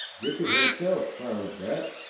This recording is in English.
richard himself found that,